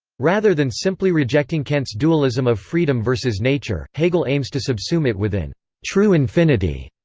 rather than simply rejecting kant's dualism of freedom versus nature, hegel aims to subsume it within true infinity,